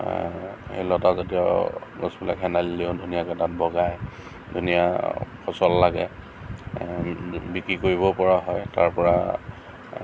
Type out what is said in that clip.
এই লতা জাতীয় গছবিলাক হেণ্ডালি দিও ধুনীয়াকে তাত বগাই ধুনীয়া ফচল লাগে বিক্ৰী কৰিব পৰা হয় তাৰ পৰা